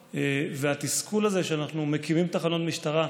והתסכול הזה שאנחנו מקימים תחנות משטרה,